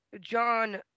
John